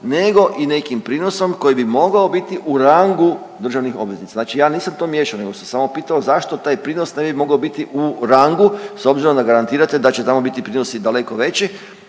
nego i nekim prinosom koji bi mogao biti u rangu državnih obveznica? Znači ja nisam to miješao nego sam samo pitao zašto taj prinos ne bi mogao biti u rangu s obzirom da garantirate da će tamo biti prinosi daleko veći